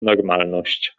normalność